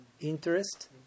interest